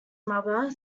mother